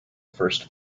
first